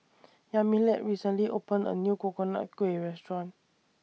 Yamilet recently opened A New Coconut Kuih Restaurant